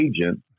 agent